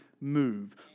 move